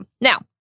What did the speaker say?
Now